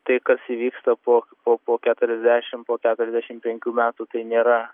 tai kas įvyksta po po po keturiasdešim po keturiasdešim penkių metų tai nėra